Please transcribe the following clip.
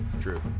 True